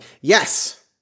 yes